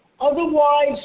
otherwise